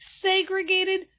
segregated